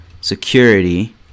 security